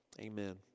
Amen